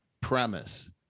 premise